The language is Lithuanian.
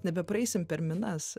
nebepraeisim per minas